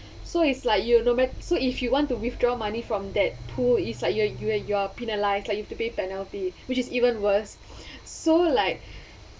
so it's like you no mat~ so if you want to withdraw money from that pool it's like you're you're you're penalized like you have to pay penalty which is even worse so like